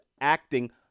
acting